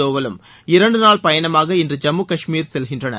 தோவலும் இரண்டு நாள் பயணமாக இன்று ஜம்மு கஷ்மீர் செல்கின்றனர்